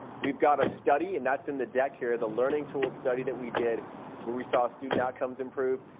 we have got a study, and that's in the deck here, the learning tools study that we did where we saw student outcomes improve.